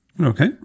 Okay